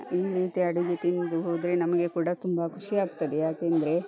ಈ ರೀತಿ ಅಡುಗೆ ತಿಂದು ಹೋದರೆ ನಮಗೆ ಕೂಡ ತುಂಬ ಖುಷಿಯಾಗ್ತದೆ ಯಾಕೆಂದರೆ